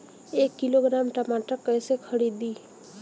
एक किलोग्राम टमाटर कैसे खरदी?